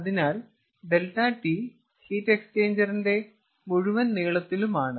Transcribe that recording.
അതിനാൽ ∆T heat എക്സ്ചേഞ്ചറിന്റെ മുഴുവൻ നീളത്തിലും ആണ്